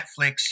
Netflix